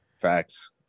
facts